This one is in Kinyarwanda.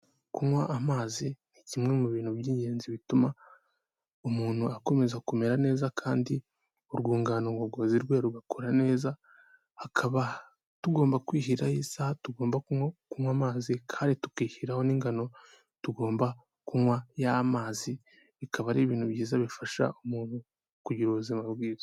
Kunywa amazi ni kimwe mu bintu by'ingenzi bituma umuntu akomeza kumera neza kandi urwungano ngogozi rwe rugakora neza hakaba tugomba kwihiraho isaha tugomba kunywa kunywa amazi kandi tukishyiriraho n'ingano tugomba kunywa ya mazi bikaba ari ibintu byiza bifasha umuntu kugira ubuzima bwiza.